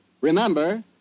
remember